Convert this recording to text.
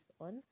on